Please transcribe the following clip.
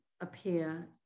appear